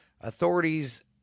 Authorities